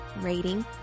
rating